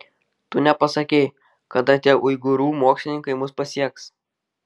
tu nepasakei kada tie uigūrų mokslininkai mus pasieks